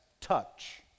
touch